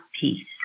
peace